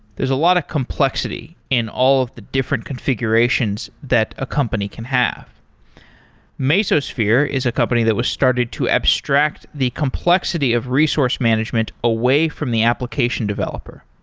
there's a lot of complexity in all of the different configurations that a company can have mesosphere is a company that was started to abstract the complexity of resource management away from the application developer.